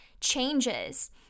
changes